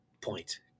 point